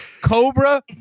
Cobra